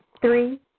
Three